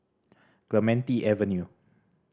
Clementi Avenue